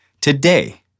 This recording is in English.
today